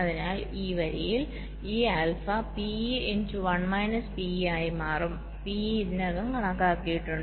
അതിനാൽ ഈ വരിയിൽ E alpha PE into 1 minus PE ആയി മാറും PE ഇതിനകം കണക്കാക്കിയിട്ടുണ്ട്